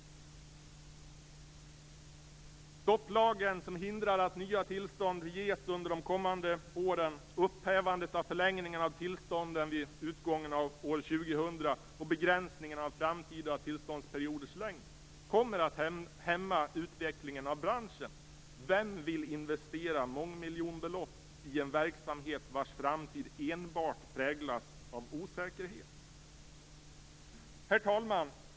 Stopplagen som hindrar att nya tillstånd ges under de kommande åren, upphävandet av förlängningen av tillstånden vid utgången av år 2000 och begränsningen av framtida tillståndsperioders längd kommer att hämma utvecklingen av branschen. Vem vill investera mångmiljonbelopp i en verksamhet vars framtid enbart präglas av osäkerhet? Herr talman!